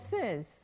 says